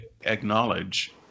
acknowledge